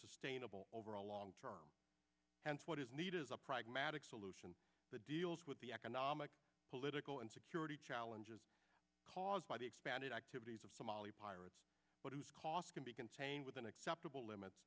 sustainable over a long term and what is needed is a pragmatic solution that deals with the economic political and security challenges caused by the expanded activities of somali pirates what is costs can be contained within acceptable limits